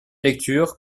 lecture